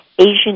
Asian